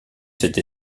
cette